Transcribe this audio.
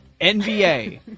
NBA